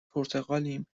پرتغالیم